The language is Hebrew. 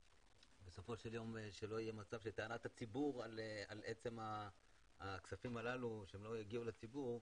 בסופו של יום שלא יהיה מצב שטענת הציבור שהכספים הללו לא הגיעו לציבור,